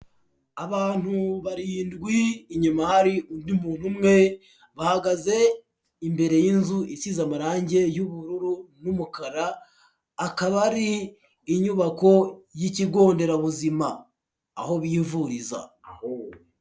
Abantu barindwi, inyuma hari undi muntu umwe, bahagaze imbere y'inzu isize amarange y'ubururu n'umukara, akaba ari inyubako y'ikigo nderabuzima. Aho bivuriza.